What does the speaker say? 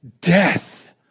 Death